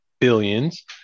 billions